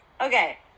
Okay